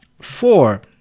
Four